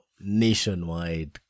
nationwide